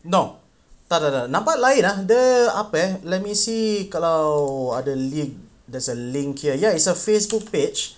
no tak tak tak nampak lain ah ada apa eh let me see kalau ada league there's a link here ya it's a facebook page